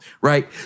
right